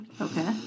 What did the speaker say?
Okay